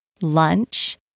lunch